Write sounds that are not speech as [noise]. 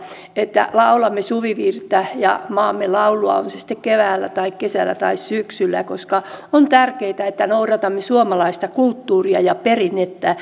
että laulamme suvivirttä ja maamme laulua on se sitten keväällä tai kesällä tai syksyllä koska on tärkeätä että noudatamme suomalaista kulttuuria ja perinnettä [unintelligible]